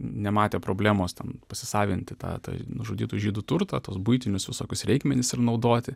nematė problemos ten pasisavinti tą tą nužudytų žydų turtą tuos buitinius visokius reikmenis ir naudoti